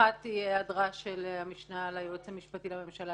אחת תהיה היעדרה של המשנה ליועץ המשפטי לממשלה,